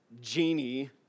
genie